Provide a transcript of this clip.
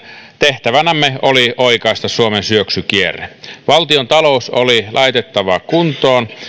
tehtävänämme oli oikaista suomen syöksykierre valtiontalous oli laitettava kuntoon